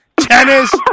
Tennis